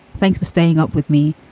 thanks for staying up with me,